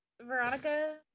Veronica